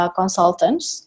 consultants